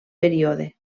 període